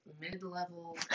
mid-level